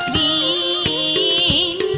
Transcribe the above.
e